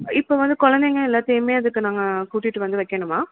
இப்போ வந்து கொழந்தைங்க எல்லாத்தையுமே அதுக்கு நாங்கள் கூட்டிகிட்டு வந்து வைக்கணுமா